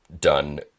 done